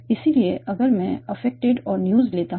इसलिए अगर मैं अफेक्टेड और न्यूज़ लेता हूं